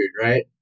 right